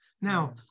Now